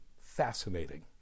fascinating